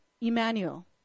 Emmanuel